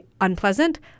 unpleasant